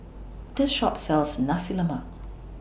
This Shop sells Nasi Lemak